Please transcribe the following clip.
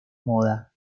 moda